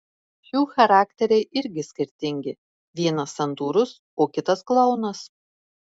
šių charakteriai irgi skirtingi vienas santūrus o kitas klounas